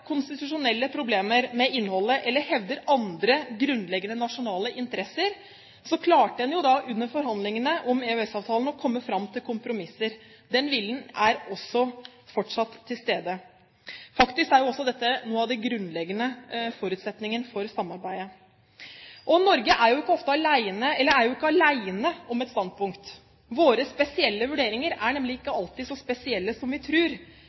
konstitusjonelle problemer med innholdet eller hevdet andre grunnleggende nasjonale interesser, klarte en under forhandlingene om EØS-avtalen å komme fram til kompromisser. Den viljen er fortsatt til stede. Faktisk er dette en grunnleggende forutsetning for samarbeidet. Norge er ikke alene om å ha et standpunkt. Våre spesielle vurderinger er nemlig ikke alltid så spesielle som vi